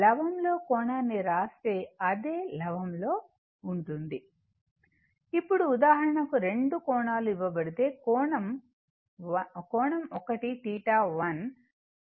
లవం లో కోణాన్ని రాస్తే అదే లవం లో ఉంటుంది ఇప్పుడు ఉదాహరణకు రెండు కోణాలు ఇవ్వబడితే కోణం1 5 కోణం2 అనుకుందాం